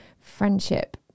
friendship